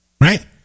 right